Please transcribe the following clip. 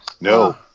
No